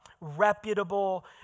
reputable